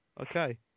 okay